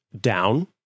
Down